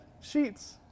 sheets